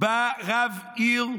בא רב עיר,